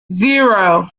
zero